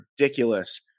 ridiculous